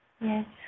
Yes